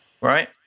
Right